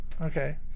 Okay